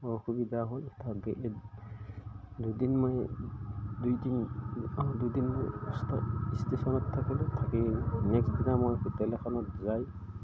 অসুবিধা হ'ল থাকি দুদিন মই দুইদিন দুদিন মই ষ্টেচনত থাকিলোঁ থাকি নেক্সট দিনা মই হোটেল এখনত যাই